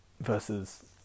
versus